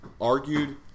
argued